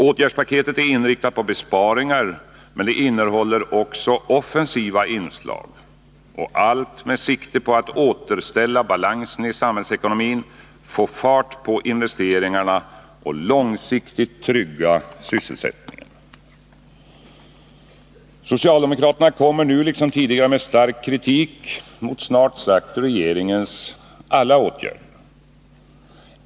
Åtgärdspaketet är inriktat på besparingar, men det innehåller också offensiva inslag — allt med sikte på att återställa balansen i samhällsekonomin, få fart på investeringarna och långsiktigt trygga sysselsättningen. Socialdemokraterna kommer nu liksom tidigare med stark kritik mot snart sagt alla regeringens åtgärder.